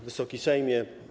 Wysoki Sejmie!